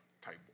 type